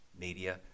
media